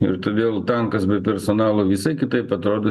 ir todėl tankas be personalo visai kitaip atrodo